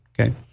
Okay